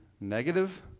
negative